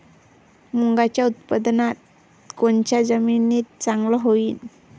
मुंगाचं उत्पादन कोनच्या जमीनीत चांगलं होईन?